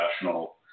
professional